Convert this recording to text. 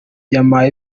yampaye